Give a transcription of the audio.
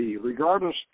Regardless